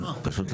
אוקיי.